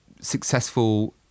successful